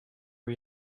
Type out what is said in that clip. are